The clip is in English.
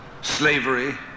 slavery